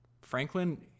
Franklin